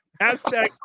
hashtag